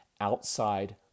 Outside